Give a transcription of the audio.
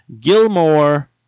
Gilmore